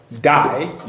die